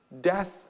death